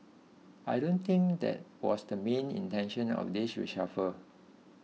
I don't think that was the main intention of this reshuffle